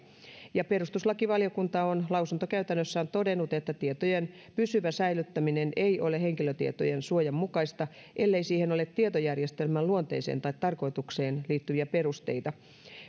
perustuslakivaliokunta on lausuntokäytännössään todennut että tietojen pysyvä säilyttäminen ei ole henkilötietojen suojan mukaista ellei siihen ole tietojärjestelmän luonteeseen tai tarkoitukseen liittyviä perusteita